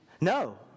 No